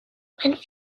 and